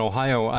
Ohio